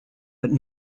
but